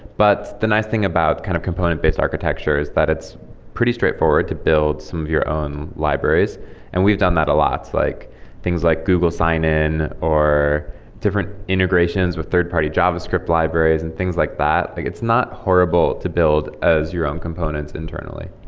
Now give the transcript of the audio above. but the nice thing about kind of component-based architecture is that it's pretty straightforward to build some of your own libraries and we have done that a lot like things like google sign-in, or different integrations with third-party javascript libraries and things like that. like it's not horrible to build as your own components internally